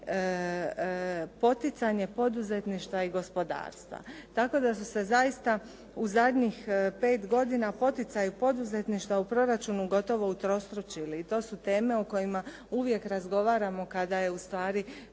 poticanje poduzetništva i gospodarstva, tako da su se zaista u zadnjih pet godina poticaji poduzetništva u proračunu gotovo utrostručili. I to su teme o kojima uvijek razgovaramo kada je ustvari